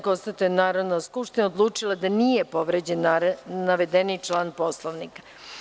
Konstatujem da je Narodna skupština odlučila da nije povređen naveden član Poslovnika.